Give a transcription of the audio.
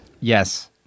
Yes